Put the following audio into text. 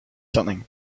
something